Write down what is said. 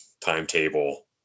Timetable